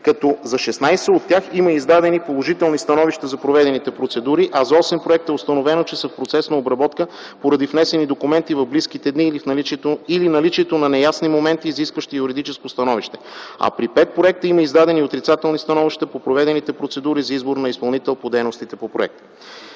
като за 16 от тях има издадени положителни становища за проведените процедури, а за 8 проекта е установено, че са в процес на обработка поради внесени документи в близките дни или наличието на неясни моменти, изискващи юридическо становище, а при 5 проекта има издадени отрицателни становища по проведените процедури за избор на изпълнител на дейностите по проектите.